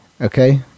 okay